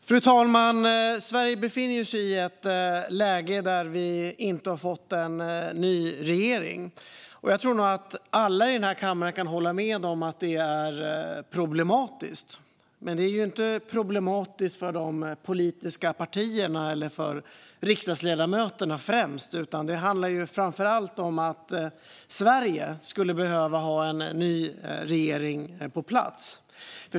Herr talman! Sverige befinner sig i ett läge där vi inte har fått en ny regering. Jag tror att alla i den här kammaren kan hålla med om det är problematiskt. Men det är inte problematiskt främst för de politiska partierna eller riksdagsledamöterna. Det handlar framför allt om att Sverige skulle behöva ha en ny regering på plats.